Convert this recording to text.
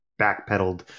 backpedaled